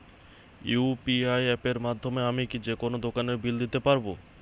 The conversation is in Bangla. ইউ.পি.আই অ্যাপের মাধ্যমে আমি কি যেকোনো দোকানের বিল দিতে পারবো?